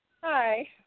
Hi